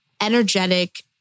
energetic